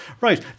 Right